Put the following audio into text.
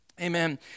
Amen